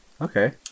Okay